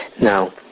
Now